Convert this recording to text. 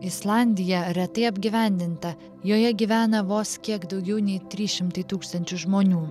islandija retai apgyvendinta joje gyvena vos kiek daugiau nei trys šimtai tūkstančių žmonių